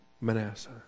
Manasseh